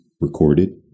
recorded